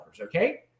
okay